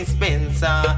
Spencer